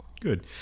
good